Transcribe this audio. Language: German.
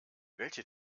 welche